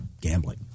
gambling